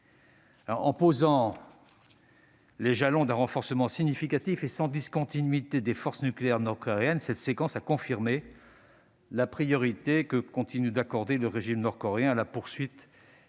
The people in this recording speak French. En posant les jalons d'un renforcement significatif et continu des forces nucléaires nord-coréennes, cette séquence a confirmé la priorité que continue d'accorder le régime à l'amélioration et au